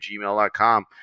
gmail.com